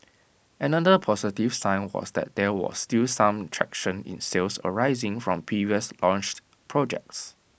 another positive sign was that there was still some traction in sales arising from previously launched projects